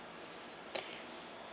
okay